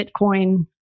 Bitcoin